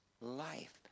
life